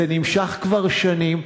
זה נמשך כבר שנים.